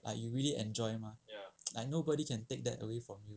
like you really enjoy mah like nobody can take that away from you